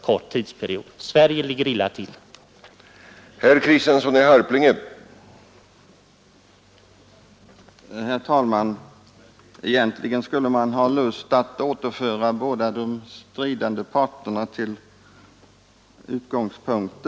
Sverige ligger då verkligen illa till, det går inte att förtiga.